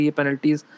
penalties